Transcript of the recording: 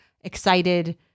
excited